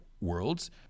worlds